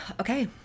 Okay